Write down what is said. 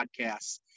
podcasts